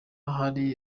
hari